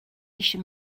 eisiau